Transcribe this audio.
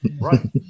Right